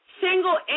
single